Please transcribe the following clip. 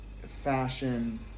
fashion